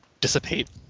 dissipate